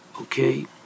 Okay